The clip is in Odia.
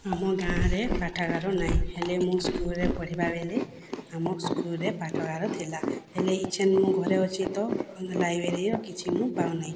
ଆମ ଗାଁରେ ପାଠାଗାର ନାହିଁ ହେଲେ ମୁଁ ସ୍କୁଲ୍ରେ ପଢ଼ିବାବେଳେ ଆମ ସ୍କୁଲ୍ରେ ପାଠାଗାର ଥିଲା ହେଲେ ଏଇଛିନ୍ ମୁଁ ଘରେ ଅଛି ତ ଲାଇବ୍ରେରିର କିଛି ମୁଁ ପାଉନାହିଁ